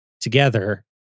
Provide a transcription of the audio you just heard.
together